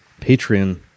patreon